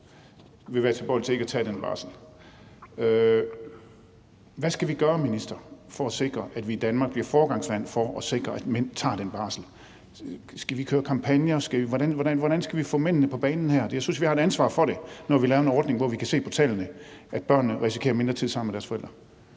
vil være tilbøjelige til ikke at tage den barsel. Hvad skal vi gøre for at sikre, at vi i Danmark bliver foregangsland for at sikre, at mænd tager den barsel, minister? Skal vi køre kampagner, eller hvordan skal vi få mændene på banen her? Jeg synes, vi har et ansvar for det, når vi laver en ordning, som ifølge tallene betyder, at børnene risikerer at få mindre tid sammen med deres forældre.